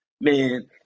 Man